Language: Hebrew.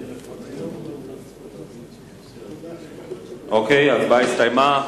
ההצבעה הסתיימה.